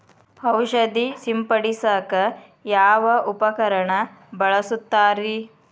ಔಷಧಿ ಸಿಂಪಡಿಸಕ ಯಾವ ಉಪಕರಣ ಬಳಸುತ್ತಾರಿ?